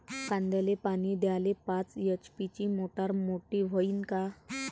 कांद्याले पानी द्याले पाच एच.पी ची मोटार मोटी व्हईन का?